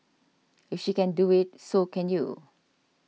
if she can do it so can you